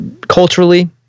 culturally